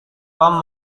tom